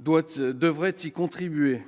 devraient y contribuer.